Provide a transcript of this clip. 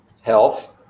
health